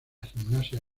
gimnasia